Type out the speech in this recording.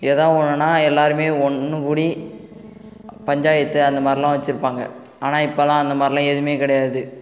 ஏதாவது ஒன்றுன்னா எல்லோருமே ஒன்று கூடி பஞ்சாயத்து அந்த மாதிரிலாம் வச்சுருப்பாங்க ஆனால் இப்போலாம் அந்த மாதிரிலாம் எதுவுமே கிடையாது